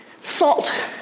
salt